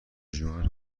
ژوئن